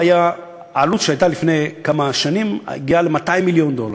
העלות שהייתה לפני כמה שנים הגיעה ל-200 מיליון דולר,